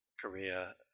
Korea